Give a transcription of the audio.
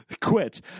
quit